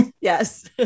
yes